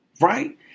Right